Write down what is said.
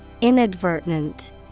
Inadvertent